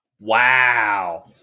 Wow